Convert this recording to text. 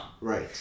Right